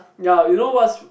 yea you know what's